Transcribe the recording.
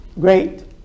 great